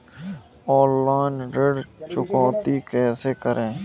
Online ऋण चुकौती कैसे करें?